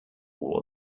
war